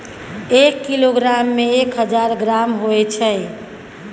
एक किलोग्राम में एक हजार ग्राम होय छै